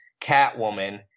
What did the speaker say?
Catwoman